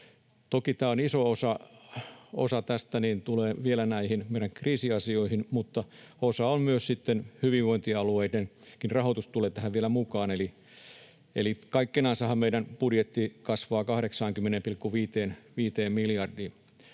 Toki iso osa tästä tulee vielä näihin meidän kriisiasioihin, mutta hyvinvointialueidenkin rahoitus tulee tähän vielä mukaan, eli kaikkinensahan meidän budjetti kasvaa 80,5 miljardiin.